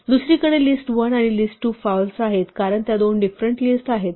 दुसरीकडे list1 म्हणजे list2 false आहे कारण त्या दोन डिफरंट लिस्ट आहेत